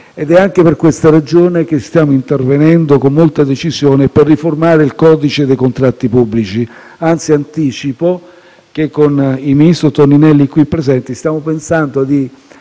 ed è anche per questa ragione che stiamo intervenendo con molta decisione per riformare il codice dei contratti pubblici, anzi anticipo che con il ministro Toninelli, qui presente, stiamo pensando di